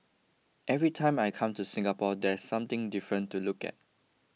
every time I come to Singapore there's something different to look at